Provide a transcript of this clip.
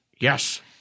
Yes